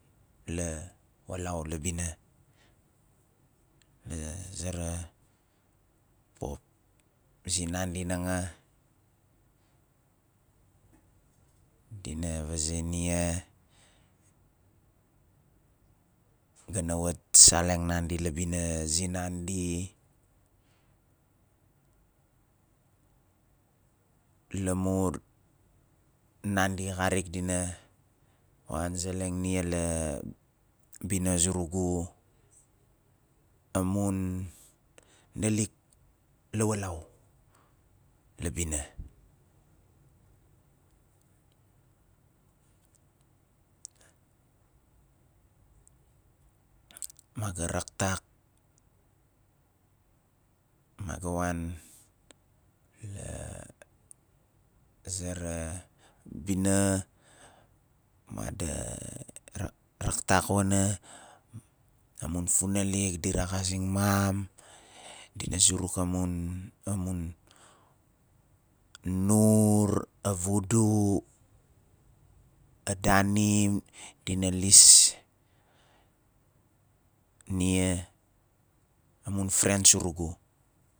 Lawalau la bina la zara pop zinandi nanga dina vazei nia ga na wat seleng nandi la bina zinandi lamur nandi xarik diva wan zeleng nia la bina zurugu amun nalik lawalau la bina ma ga raktak ma ga wan la zara bina made raktak wana amun funalik di regazing mam dina zuruk amun amun nur, a vudu, a danim diva lis nia a mun friends surugu